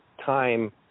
time